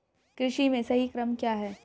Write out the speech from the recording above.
कृषि में सही क्रम क्या है?